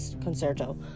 Concerto